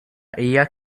hija